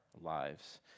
lives